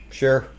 sure